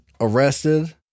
arrested